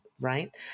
Right